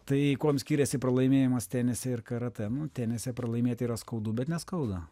tai kuo skiriasi pralaimėjimas tenise ir karatė nu tenise pralaimėti yra skaudu bet neskauda